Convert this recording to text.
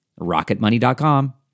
Rocketmoney.com